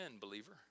believer